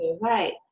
right